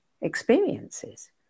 experiences